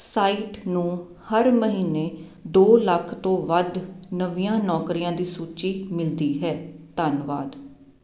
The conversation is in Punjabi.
ਸਾਈਟ ਨੂੰ ਹਰ ਮਹੀਨੇ ਦੋ ਲੱਖ ਤੋਂ ਵੱਧ ਨਵੀਆਂ ਨੌਕਰੀਆਂ ਦੀ ਸੂਚੀ ਮਿਲਦੀ ਹੈ ਧੰਨਵਾਦ